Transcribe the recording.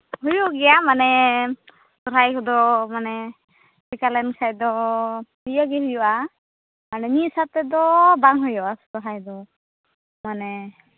ᱦᱩᱭᱩᱜ ᱜᱮᱭᱟ ᱢᱟᱱᱮ ᱥᱚᱦᱚᱨᱟᱭ ᱠᱚᱫᱚ ᱢᱟᱱᱮ ᱪᱮᱠᱟᱞᱮᱱ ᱠᱷᱟᱡ ᱫᱚ ᱤᱭᱟᱹᱜᱮᱭ ᱦᱩᱭᱩᱜᱼᱟ ᱢᱟᱱᱮ ᱢᱤᱫ ᱥᱟᱶᱛᱮᱫᱚ ᱵᱟᱝ ᱦᱩᱭᱩᱜᱼᱟ ᱥᱚᱦᱚᱨᱟᱭ ᱫᱚ ᱢᱟᱱᱮ